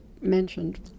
mentioned